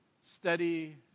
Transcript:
steady